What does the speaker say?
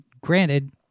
Granted